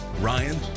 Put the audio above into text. Ryan